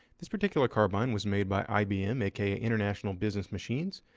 this particular carbine was made by ibm, aka international business machines,